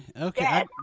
Okay